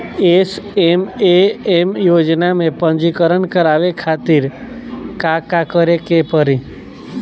SMAM योजना में पंजीकरण करावे खातिर का का करे के पड़ी?